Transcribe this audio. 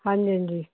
ਹਾਂਜੀ ਹਾਂਜੀ